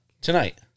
Tonight